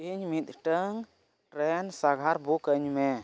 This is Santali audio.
ᱤᱧ ᱢᱤᱫᱴᱟᱝ ᱴᱨᱮᱹᱱ ᱥᱟᱸᱜᱷᱟᱨ ᱵᱩᱠ ᱟᱹᱧᱢᱮ